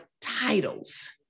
titles